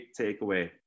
takeaway